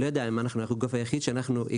לא יודע אם אנחנו הגוף היחיד שהגיש,